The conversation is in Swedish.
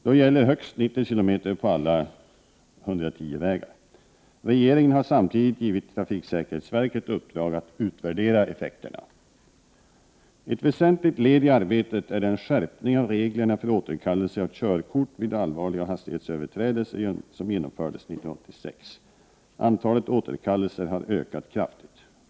Då gäller högst 90 km på alla ”110-vägar”. Regeringen har samtidigt givit trafiksäkerhetsverket uppdrag att utvärdera effekterna. Ett väsentligt led i arbetet är den skärpning av reglerna för återkallelse av körkort vid allvarliga hastighetsöverträdelser som genomfördes 1986. Antalet återkallelser har ökat kraftigt.